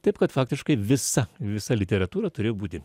taip kad faktiškai visa visa literatūra turėjo būti